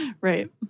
Right